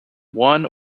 one